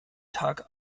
tag